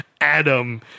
Adam